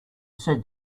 said